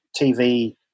TV